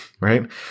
right